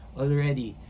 already